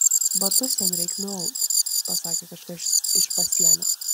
batus jam reik nuaut pasakė kažkas iš pasienio